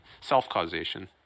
self-causation